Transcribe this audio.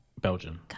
Belgian